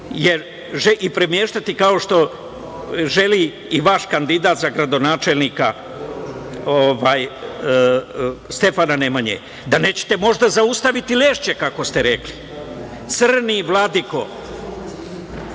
i premeštati kao što želi i vaš kandidat za gradonačelnika? Da nećete možda zaustaviti Lešće, kako ste rekli? Crni vladiko,